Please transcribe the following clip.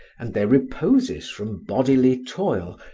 and their reposes from bodily toil,